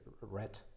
red